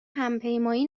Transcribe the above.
همپیمایی